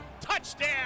Touchdown